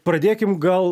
pradėkim gal